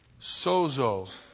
sozo